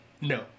no